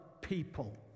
people